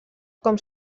com